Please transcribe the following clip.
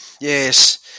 Yes